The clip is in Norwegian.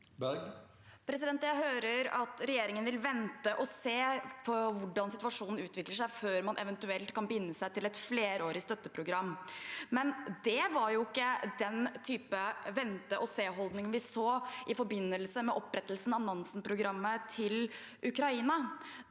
Jeg hø- rer at regjeringen vil vente og se hvordan situasjonen utvikler seg før man eventuelt kan binde seg til et flerårig støtteprogram, men det var jo ikke den typen venteog-se-holdning vi så i forbindelse med opprettelsen av Nansen-programmet til Ukraina.